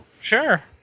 Sure